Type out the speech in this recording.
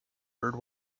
bird